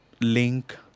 link